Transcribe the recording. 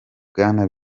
bwana